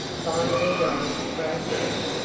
finally dorothy broke down,